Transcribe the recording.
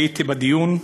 הייתי בדיון,